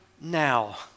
now